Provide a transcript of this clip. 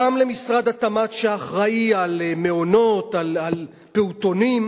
גם למשרד התמ"ת שאחראי על מעונות, על פעוטונים,